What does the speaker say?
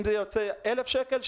אם זה יוצא 1,000 שקלים,